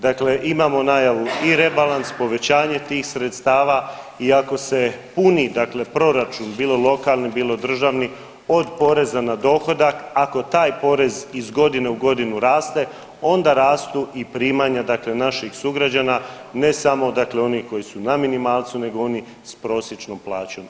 Dakle, imamo najavu i rebalans povećanje tih sredstava i ako se puni dakle proračun bilo lokalni, bilo državni od poreza na dohodak ako taj porez iz godine u godinu raste onda rastu i primanja dakle naših sugrađana ne samo dakle onih koji su na minimalcu, nego oni s prosječnom plaćom.